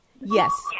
Yes